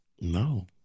No